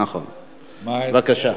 בבקשה.